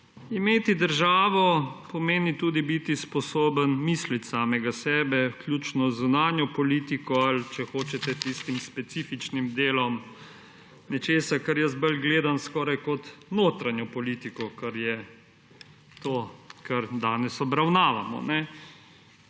Imeti državo pomeni tudi biti sposoben misliti samega sebe, vključno z zunanjo politiko, ali če hočete, tistim specifičnim delom nečesa, na kar jaz bolj gledam skoraj kot na notranjo politiko, kar je to, kar danes obravnavamo.